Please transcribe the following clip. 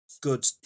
good